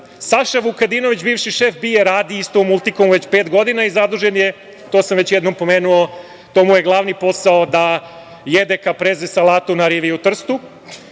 Saša Vukadinović bivši šef BIA radi isto u „Multikomu“ već pet godina i zadužen je, to sam već jednom pomenuo, to mu je glavni posao da jede kapreze salatu na rivi u Trstu.